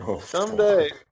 Someday